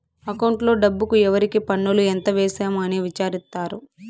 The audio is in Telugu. అకౌంట్లో డబ్బుకు ఎవరికి పన్నులు ఎంత వేసాము అని విచారిత్తారు